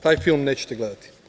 Taj film nećete gledati.